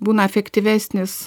būna efektyvesnis